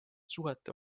suhete